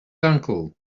uncle